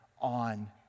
on